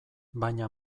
baina